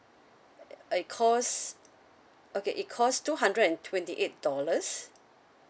it costs okay it costs two hundred and twenty eight dollars